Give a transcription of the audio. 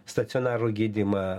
stacionarų gydymą